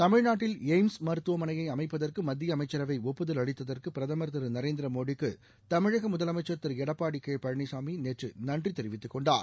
தமிழ்நாட்டில் எய்ம்ஸ் மருத்துவமனையை அமைப்பதற்கு மத்திய அமைச்சரவை ஒப்புதல் அளித்ததற்கு பிரதம் திரு நரேந்திர மோடிக்கு தமிழக முதலமைச்ச் திரு எடப்பாடி கே பழனிசாமி நேற்று நன்றி தெரிவித்துக் கொண்டார்